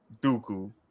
Dooku